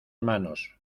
manos